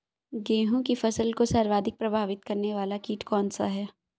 गेहूँ की फसल को सर्वाधिक प्रभावित करने वाला कीट कौनसा है?